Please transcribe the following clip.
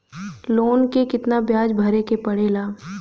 Loan के कितना ब्याज भरे के पड़े ला?